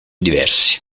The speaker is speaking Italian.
diversi